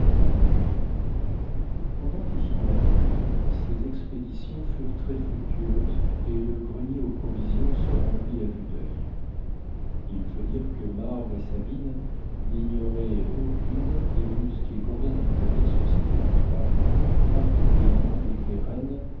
pendant tout ce mois d'août ces expéditions furent très fructueuses et le grenier aux provisions se remplit à vue d'oeil il faut dire que marbre et sabine n'ignoraient aucune des ruses qu'il convient d'employer sur ces territoires particulièrement avec les rennes